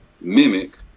mimic